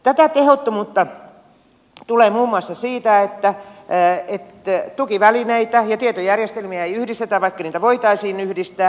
tätä tehottomuutta tulee muun muassa siitä että tukivälineitä ja tietojärjestelmiä ei yhdistetä vaikka niitä voitaisiin yhdistää